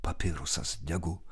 papirusas degu